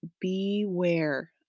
beware